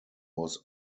was